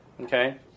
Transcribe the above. Okay